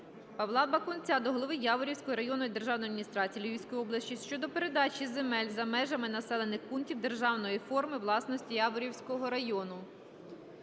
Павла Бакунця до голови Яворівської районної державної адміністрації Львівської області щодо передачі земель за межами населених пунктів державної форми власності Яворівського району.